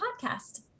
podcast